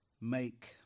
make